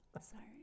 sorry